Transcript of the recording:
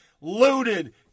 looted